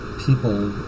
people